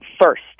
first